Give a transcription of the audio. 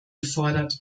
gefordert